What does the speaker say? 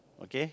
okay